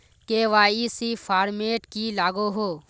KYC format की लागोहो?